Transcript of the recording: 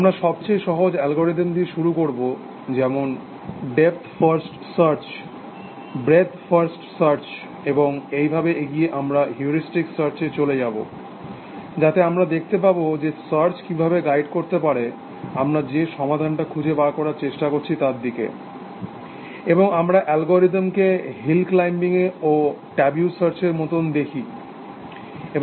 আমরা সবচেয়ে সহজ অ্যালগোরিদম দিয়ে শুরু করব যেমন depth first search breadth first search এবং এইভাবে এগিয়ে আমরা হিউরেস্টিক সার্চে চলে যাব যাতে আমরা দেখতে পাব যে সার্চ কিভাবে গাইড করতে পারে আমরা যে সমাধানটা খুঁজে বার করার চেষ্টা করছি তার দিকে এবং আমরা অ্যালগোরিদমকে হিল ক্লাম্বিং ও টাবু সার্চ এর মতন দেখি এবং